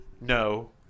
No